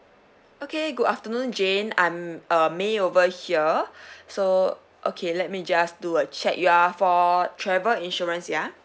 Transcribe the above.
okay good afternoon jane I'm uh may over here so okay let me just do a check you are for travel insurance ya